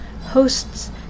hosts